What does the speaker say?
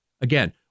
again